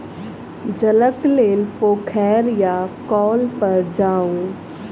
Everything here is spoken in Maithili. जलक लेल पोखैर या कौल पर जाऊ